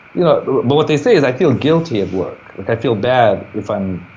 you know but what they say is, i feel guilty at work. like, i feel bad if i'm.